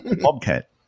bobcat